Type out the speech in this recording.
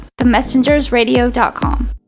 themessengersradio.com